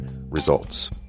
Results